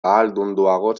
ahaldunduago